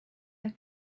her